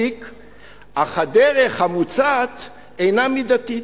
אך הדרך המוצעת אינה מידתית.